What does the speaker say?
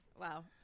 Wow